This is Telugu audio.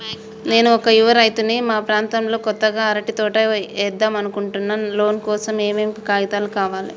నేను ఒక యువ రైతుని మా ప్రాంతంలో కొత్తగా అరటి తోట ఏద్దం అనుకుంటున్నా లోన్ కోసం ఏం ఏం కాగితాలు కావాలే?